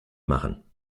machen